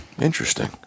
Interesting